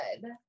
good